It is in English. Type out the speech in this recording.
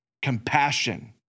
Compassion